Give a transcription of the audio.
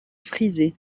frisés